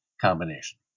combination